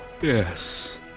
Yes